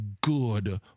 good